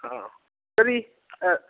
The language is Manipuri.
ꯑꯥ ꯀꯔꯤ